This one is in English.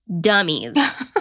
dummies